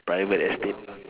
private estate